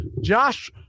Josh